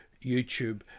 YouTube